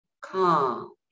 calm